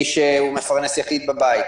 מי שהוא מפרנס יחיד בבית.